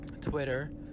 Twitter